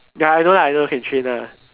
ya I know I know can train lah